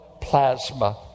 plasma